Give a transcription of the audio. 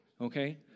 okay